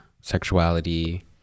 sexuality